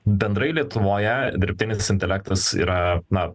bendrai lietuvoje dirbtinis intelektas yra na